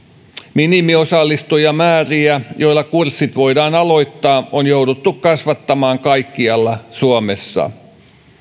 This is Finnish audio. minimiosallistujamääriä joilla kurssit voidaan aloittaa on jouduttu kasvattamaan kaikkialla suomessa